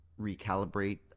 recalibrate